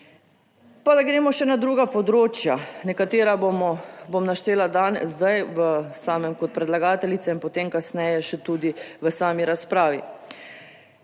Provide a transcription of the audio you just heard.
Pa da gremo še na druga področja, nekatera bomo, bom naštela danes, zdaj v samem kot predlagateljica in potem kasneje še tudi v sami razpravi.